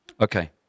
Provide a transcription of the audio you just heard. Okay